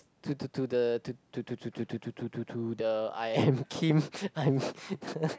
to to to the to to to to to to to to to to the I'm Kim I'm